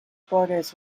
borders